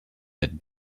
that